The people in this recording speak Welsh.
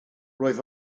roedd